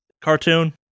Cartoon